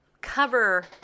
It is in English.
cover